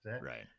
Right